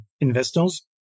investors